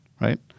right